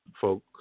folk